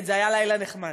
כן, זה היה לילה נחמד.